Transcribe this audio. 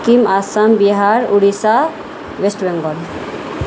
Sikkim Assam Bihar Odisha West Bengal